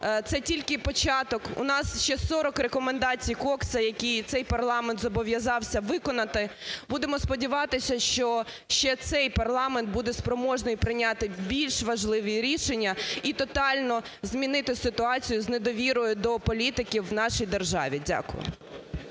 це тільки початок, у нас ще 40 рекомендацій Кокса, який цей парламент зобов'язався виконати. Будемо сподіватися, що ще цей парламент буде спроможний прийняти більш важливі рішення і тотально змінити ситуацію з недовірою до політиків в нашій державі. Дякую.